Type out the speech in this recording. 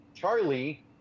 Charlie